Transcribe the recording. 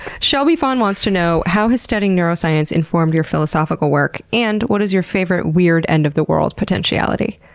shelby fawn wants to know how has studying neuroscience informed your philosophical work? and, what is your favorite weird end of the world potentiality?